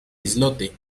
islote